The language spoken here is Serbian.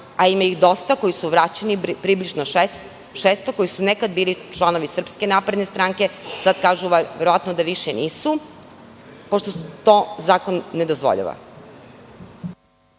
a ima ih dosta koji su vraćeni, približno 600, koji su nekad bili članovi SNS, sad kažu verovatno da više nisu, pošto to zakon ne dozvoljava.